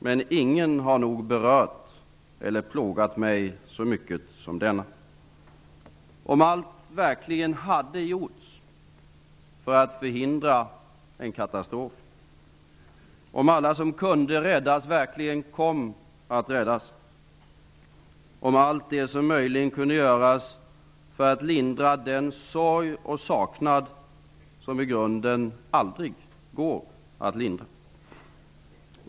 Men ingen har nog berört eller plågat mig så mycket som denna - om allt ändå hade gjorts för att förhindra en katastrof, om alla som kunde räddas verkligen kom att räddas, om allt det som möjligen kunde göras verkligen gjorts för att lindra den sorg och saknad som i grunden aldrig går att lindra.